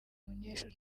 umunyeshuri